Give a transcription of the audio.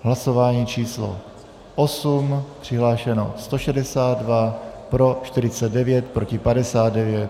Hlasování číslo 8. Přihlášeno 162, pro 49, proti 59.